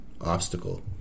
obstacle